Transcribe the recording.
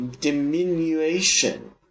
diminution